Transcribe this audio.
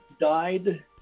died